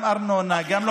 גם ארנונה, הכי חלשים.